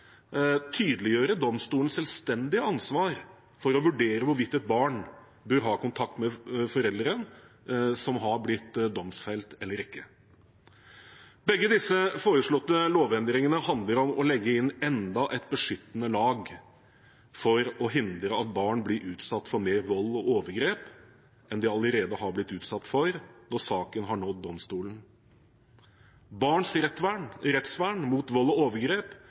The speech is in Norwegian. tydeliggjøre domstolens selvstendige ansvar for å vurdere hvorvidt et barn bør ha kontakt med den forelderen som har blitt domfelt, eller ikke. Begge disse foreslåtte lovendringene handler om å legge inn enda et beskyttende lag for å hindre at barn blir mer utsatt for vold og overgrep enn de allerede har blitt når saken har nådd domstolen. Barns rettsvern mot vold og overgrep